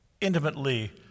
intimately